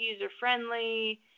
user-friendly